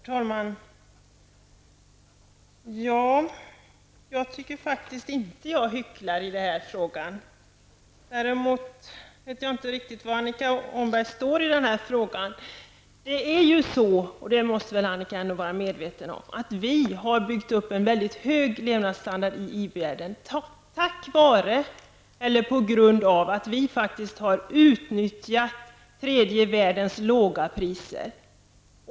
Herr talman! Jag tycker faktiskt inte att jag hycklar i den här frågan. Däremot vet jag inte riktigt var Annika Åhnberg står. Annika Åhnberg måste ändå vara medveten om att vi har byggt upp en mycket hög levnadsstandard i i-världen, på grund av att vi faktiskt har utnyttjat tredje världens låga priser.